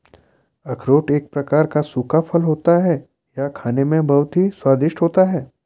अखरोट एक प्रकार का सूखा फल होता है यह खाने में बहुत ही स्वादिष्ट होता है